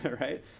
right